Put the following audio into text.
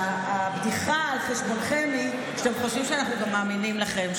והבדיחה על חשבונכם היא שאתם חושבים שאנחנו גם מאמינים לכם,